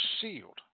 sealed